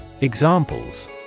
Examples